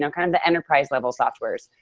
so kind of the enterprise level softwares,